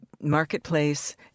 marketplace